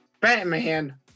Batman